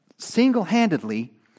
single-handedly